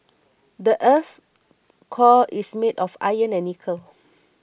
the earth's core is made of iron and nickel